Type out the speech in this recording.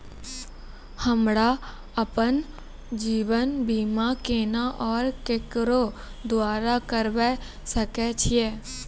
हमरा आपन जीवन बीमा केना और केकरो द्वारा करबै सकै छिये?